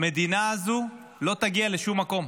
המדינה הזו לא תגיע לשום מקום.